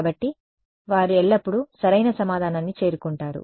కాబట్టి వారు ఎల్లప్పుడూ సరైన సమాధానాన్ని చేరుకుంటారు